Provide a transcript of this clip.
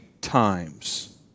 times